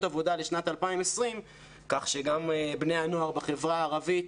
עבודה לשנת 2020 כך שגם לבני הנוער בחברה הערבית,